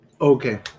Okay